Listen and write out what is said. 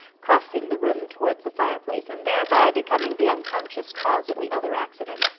crossing the room towards the fireplace and thereby becoming the unconscious cause of the other accident.